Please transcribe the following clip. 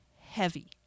heavy